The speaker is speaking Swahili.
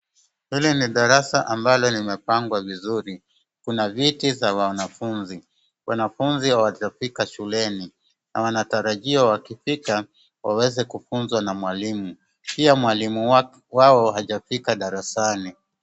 Hili ni darasa ambalo limepangwa vizuri,.Kuna viti za wanafunzi. Wanafunzi hawajafika shuleni na wanatarajiwa wakifika waweze kufunzwa na mwalimu. Pia mwalimu wao hajafika darasani.